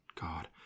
God